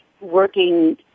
working